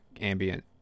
ambient